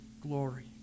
glory